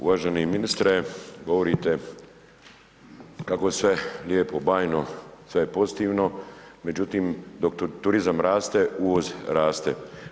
Uvaženi ministre, govorite kako je sve lijepo, bajno, sve je pozitivno, međutim dok turizam raste, uvoz raste.